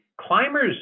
Climbers